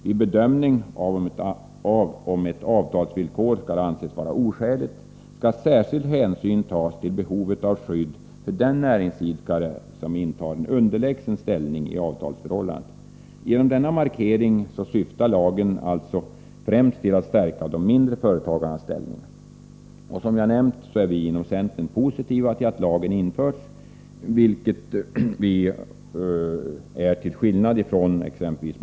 Vid bedömning av om ett avtalsvillkor skall anses vara oskäligt skall särskild hänsyn tas till behovet av skydd för den näringsidkare som intar en underlägsen ställning i avtalsförhållandet. Genom denna markering syftar lagen alltså främst till att stärka de mindre företagarnas ställning. Som jag nämnt är vi inom centern -— till skillnad från exempelvis moderaterna — positiva till att lagen införs.